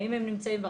האם הם נמצאים ברווחה?